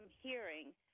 hearing